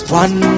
one